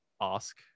ask